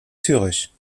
zürich